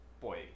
boy